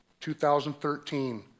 2013